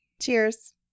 Cheers